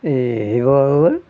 এই শিৱসাগৰ